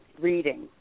reading